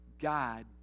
God